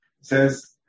says